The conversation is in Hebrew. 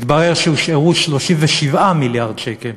התברר שהושארו 37 מיליארד שקל.